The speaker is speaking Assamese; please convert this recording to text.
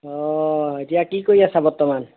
অঁ এতিয়া কি কৰি আছা বৰ্তমান